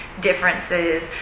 differences